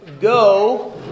Go